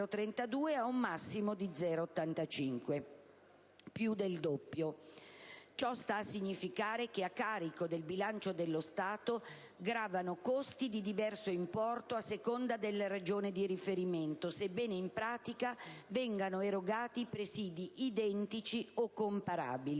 ad un massimo di 0,85 euro, ossia più del doppio: ciò sta a significare che a carico del bilancio dello Stato gravano costi di diverso importo a seconda della Regione di riferimento, sebbene in pratica vengano erogati presidi identici e comparabili.